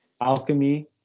Alchemy